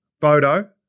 photo